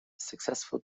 successful